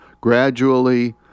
gradually